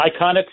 Iconic